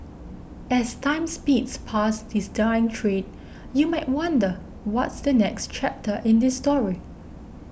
as time speeds past this dying trade you might wonder what's the next chapter in this story